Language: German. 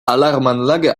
alarmanlage